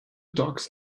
dogs